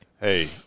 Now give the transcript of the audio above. Hey